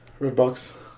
Redbox